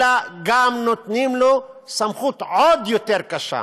אלא גם נותנים לו סמכות עוד יותר קשה,